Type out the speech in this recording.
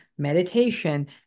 Meditation